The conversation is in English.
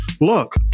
look